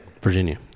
Virginia